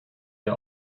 der